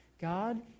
God